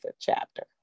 chapter